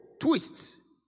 twists